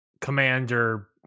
Commander